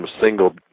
single